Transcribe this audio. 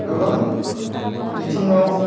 गोबां बिथिङाव